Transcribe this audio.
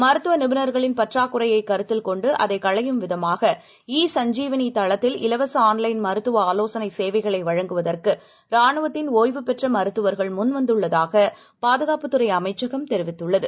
மருத்துவநிபுணர்களின்பற்றாக்குறையைகருத்தில்கொண்டுஅதைகளையும்வி தமாக சஞ்ஜீவனிதளத்தில்இலவசஆன்லைன்மருத்துவஆலோசனைசேவைகளைவ ழங்குவதற்குராணுவத்தின்ஒய்வுபெற்றமருத்துவர்கள்முன்வந்துள்ளதாகபாது காப்புத்துறைஅமைச்சகம்தெரிவித்துள்ளது